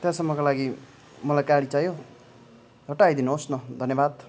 त्यहाँसम्मको लागि मलाई गाडी चाहियो झट्ट आइदिनु होस् न धन्यवाद